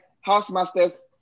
housemaster's